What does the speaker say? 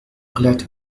أقلعت